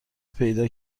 پیدا